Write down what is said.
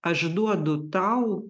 aš duodu tau